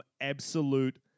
absolute